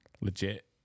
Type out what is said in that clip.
Legit